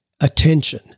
attention